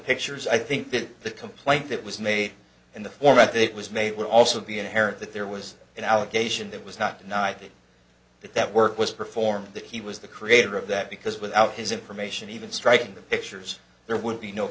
pictures i think that the complaint that was made in the format that was made would also be inherent that there was an allegation that was not a knighthood that that work was performed that he was the creator of that because without his information even striking the pictures there would be no